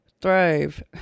thrive